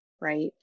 right